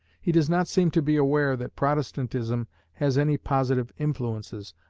he does not seem to be aware that protestantism has any positive influences,